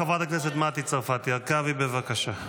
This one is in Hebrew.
חברת הכנסת מטי צרפתי הרכבי, בבקשה.